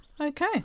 Okay